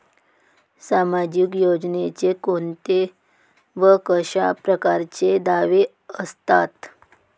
सामाजिक योजनेचे कोंते व कशा परकारचे दावे असतात?